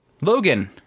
logan